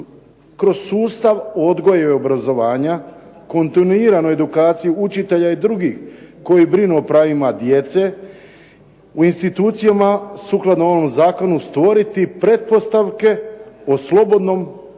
Kroz sustav odgoja i obrazovanja kontinuirano edukaciju učitelja i drugih koji brinu o pravima djece, u institucijama sukladno ovom zakonu stvoriti pretpostavke o slobodnom udruživanju